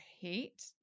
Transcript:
hate